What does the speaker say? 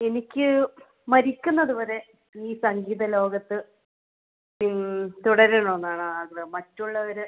എനിക്ക് മരിക്കുന്നത് വരെ ഈ സംഗീത ലോകത്ത് തുടരണമെന്നാണ് ആഗ്രഹം മറ്റുള്ളവർ